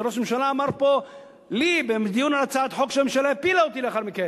שראש הממשלה אמר לי בדיון על הצעת חוק שהממשלה הפילה לאחר מכן?